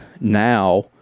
now